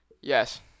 Yes